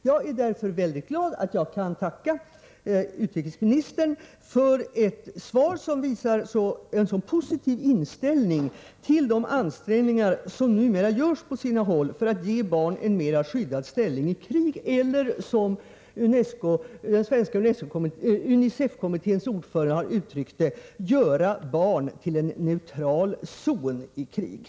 Jag är därför mycket glad att jag kan tacka utrikesministern för ett svar som visar en så positiv inställning till de ansträngningar som numera görs på sina håll för att ge barn en mera skyddad ställning i krig, eller — som den svenska UNICEF kommitténs ordförande har uttryckt det — göra barn till en neutral zon i krig.